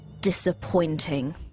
Disappointing